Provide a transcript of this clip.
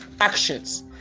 actions